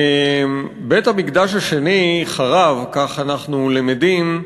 בית-המקדש השני חרב, כך אנחנו למדים,